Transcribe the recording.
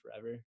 forever